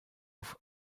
off